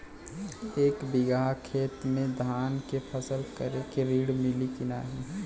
एक बिघा खेत मे धान के फसल करे के ऋण मिली की नाही?